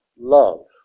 love